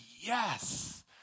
yes